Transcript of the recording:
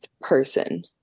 person